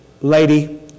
lady